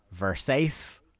Versace